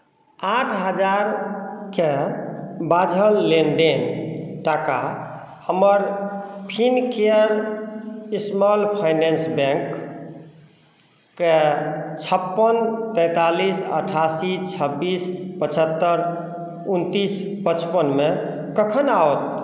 आठ हजारके बाझल लेनदेन टाका हमर फिनकेयर स्मॉल फाइनेन्स बैंकके छप्पन तैंतालिस अठासी छब्बीस पचहत्तरि उनतीस पचपनमे कखन आओत